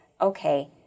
okay